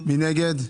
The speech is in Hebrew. מי נגד?